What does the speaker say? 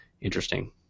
interesting